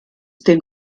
den